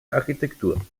architektur